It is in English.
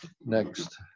next